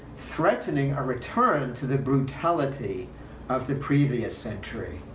threatening a return to the brutality of the previous century.